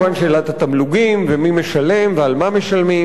שאלת התמלוגים ומי משלם ועל מה משלמים,